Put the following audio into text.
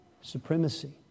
supremacy